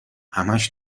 همش